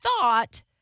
thought